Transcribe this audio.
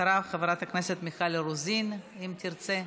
אחריו, חברת הכנסת מיכל רוזין, אם תרצה.